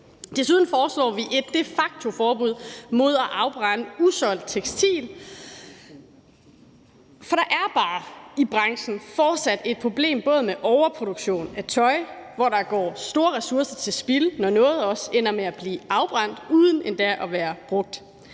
Desuden foreslår vi et de facto-forbud mod at afbrænde usolgt tekstil, for der er bare i branchen fortsat et problem både med overproduktion af tøj, hvor der går store ressourcer til spilde, når noget også ender med at blive afbrændt uden endda at være brugt.